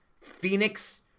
Phoenix